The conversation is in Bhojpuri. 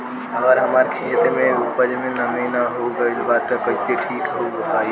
अगर हमार खेत में उपज में नमी न हो गइल बा त कइसे ठीक हो पाई?